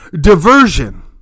Diversion